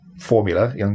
formula